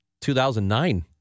2009